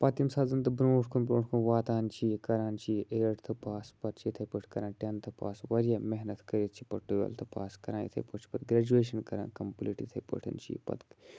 پَتہٕ ییٚمہِ ساتہٕ زَن تہٕ بروںٛٹھ کُن بروںٛٹھ کُن واتان چھِ یہِ کَران چھِ یہِ ایٹتھٕ پاس پَتہٕ چھِ یِتھَے پٲٹھۍ کَران ٹٮ۪نتھٕ پاس واریاہ محنت کٔرِتھ چھِ پَتہٕ ٹُوٮ۪لتھٕ پاس کَران اِتھَے پٲٹھۍ چھِ پَتہٕ گرٛٮ۪جویشَن کَران کَمپٕلیٖٹ یِتھَے پٲٹھۍ چھِ یہِ پَتہٕ